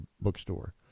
bookstore